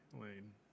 Lane